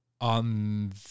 On